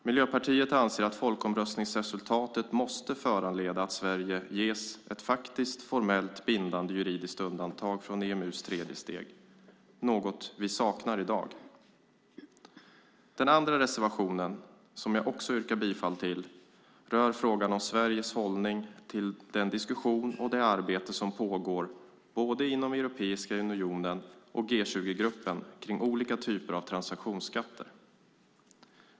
Miljöpartiet anser att folkomröstningsresultatet måste föranleda att Sverige ges ett faktiskt formellt bindande juridiskt undantag från EMU:s tredje steg - något vi saknar i dag. Den andra reservationen, som jag också yrkar bifall till, rör frågan om Sveriges hållning till denna diskussion och till det arbete som pågår både inom Europeiska unionen och G20-gruppen när det gäller olika typer av transaktionsskatter.